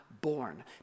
born